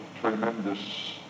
tremendous